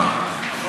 לא,